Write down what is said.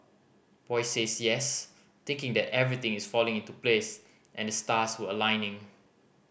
boy says yes thinking that everything is falling into place and the stars were aligning